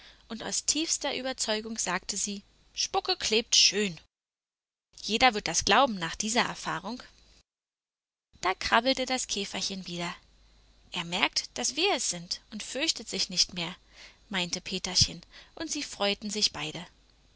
und aus tiefster überzeugung sagte sie spucke klebt schön jeder wird das glauben nach dieser erfahrung da krabbelte das käferchen wieder er merkt daß wir es sind und fürchtet sich nicht mehr meinte peterchen und sie freuten sich beide